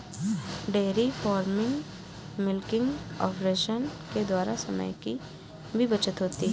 dairy farming milking operation के द्वारा समय की भी बचत होती है